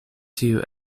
tiu